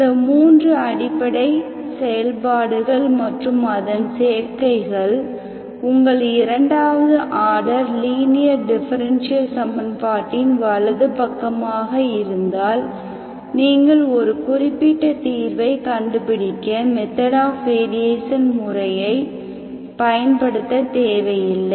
இந்த 3 அடிப்படை செயல்பாடுகள் மற்றும் அதன் சேர்க்கைகள் உங்கள் இரண்டாவது ஆர்டர் லீனியர் டிஃபரென்ஷியல் சமன்பாட்டின் வலது பக்கமாக இருந்தால் நீங்கள் ஒரு குறிப்பிட்ட தீர்வைக் கண்டுபிடிக்க மெத்தட் ஆப் வேரியேஷன் முறையை பயன்படுத்தத் தேவையில்லை